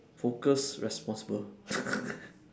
focus responsible